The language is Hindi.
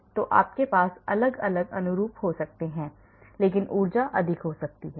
तो आपके पास अलग अलग अनुरूप हो सकते हैं लेकिन ऊर्जा अधिक हो सकती है